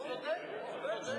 אז הוא צודק.